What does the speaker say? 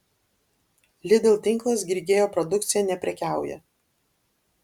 lidl tinklas grigeo produkcija neprekiauja